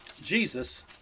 jesus